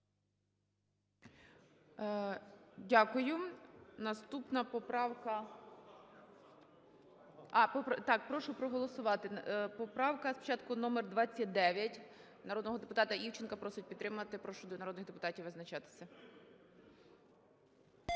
Дякую. Наступна поправка… А, так, прошу проголосувати, поправка спочатку номер 29 народного депутата Івченка, просить підтримати. Прошу народних депутатів визначатися.